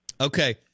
Okay